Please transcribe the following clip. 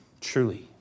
Truly